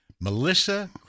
Melissa